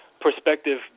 perspective